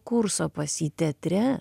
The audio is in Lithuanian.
kurso pas jį teatre